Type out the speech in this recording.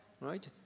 right